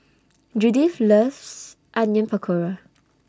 Judith loves Onion Pakora